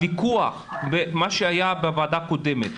הוויכוח בין מה שהיה בוועדה הקודמת,